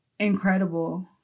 incredible